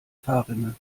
fahrrinne